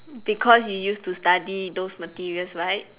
because you used to study those materials right